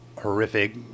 horrific